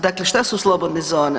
Dakle, šta su slobodne zone?